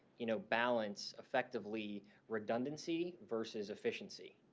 you know, balance effectively redundancy versus efficiency?